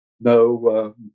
no